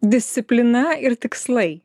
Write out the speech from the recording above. disciplina ir tikslai